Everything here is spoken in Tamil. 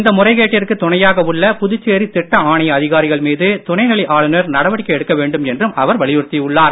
இந்த முறைக்கேட்டிற்கு துணையாக உள்ள புதுச்சேரி திட்ட ஆணைய அதிகாரிகள் மீது துணை நிலை ஆளுனர் நடவடிக்கை எடுக்க வேண்டும் என்றும் அவர் வலியுறுத்தி உள்ளார்